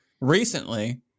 recently